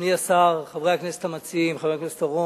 אדוני השר, חברי הכנסת המציעים, חבר הכנסת אורון,